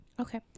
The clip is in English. okay